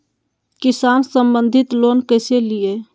किसान संबंधित लोन कैसै लिये?